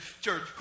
church